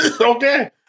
Okay